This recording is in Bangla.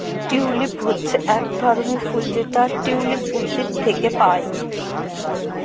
টিউলিপ হচ্ছে এক ধরনের ফুল যেটা টিউলিপ উদ্ভিদ থেকে পায়